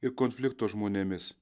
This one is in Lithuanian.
ir konflikto žmonėmis